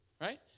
Right